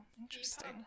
interesting